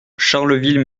charleville